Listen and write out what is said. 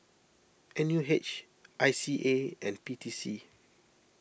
N U H I C A and P T C